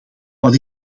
wat